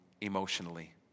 emotionally